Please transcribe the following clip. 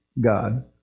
God